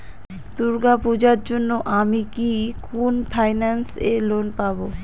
দূর্গা পূজোর জন্য আমি কি কোন ফাইন্যান্স এ লোন পাবো?